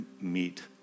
meet